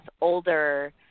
older